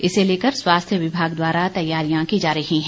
इसे लेकर स्वास्थ्य विभाग द्वारा तैयारियां की जा रही हैं